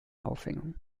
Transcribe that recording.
aufhängung